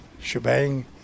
shebang